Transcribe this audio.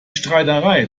streiterei